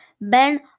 Ben